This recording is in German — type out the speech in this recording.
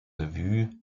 revue